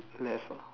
left ah